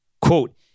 Quote